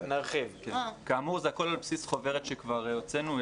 כאמור זה הכול על בסיס חוברת שכבר הוצאנו,